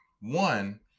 one